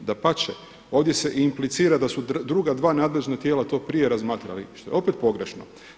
Dapače, ovdje se implicira da su druga dva nadležna tijela to prije razmatrali, što je opet pogrešno.